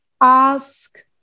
ask